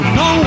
no